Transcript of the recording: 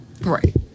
Right